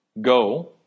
Go